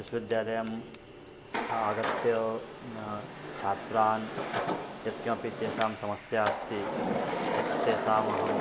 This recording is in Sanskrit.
विश्वविद्यालयम् आगत्य छात्रान् यत्किमपि तेषां समस्या अस्ति तत् तेषामहं